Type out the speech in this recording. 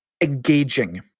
Engaging